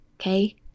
Okay